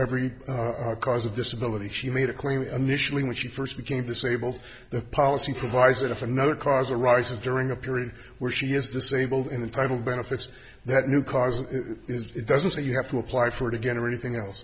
every are cause of disability she made a claim initially when she first became disabled the policy provides that if another car's a rise of during a period where she is disabled in the title benefits that new cars is it doesn't say you have to apply for it again or anything else